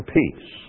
peace